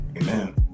amen